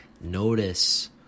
notice